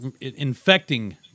infecting